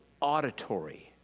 auditory